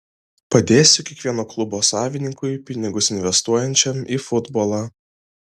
padėsiu kiekvieno klubo savininkui pinigus investuojančiam į futbolą